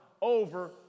over